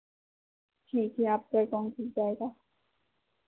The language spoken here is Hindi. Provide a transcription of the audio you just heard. ठीक है आपका एकाउंट खुल जाएगा